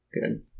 Good